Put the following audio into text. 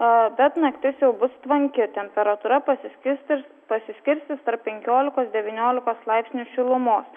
a bet naktis jau bus tvanki temperatūra pasiskirstys pasiskirstys tarp penkiolikos devyniolikos laipsnių šilumos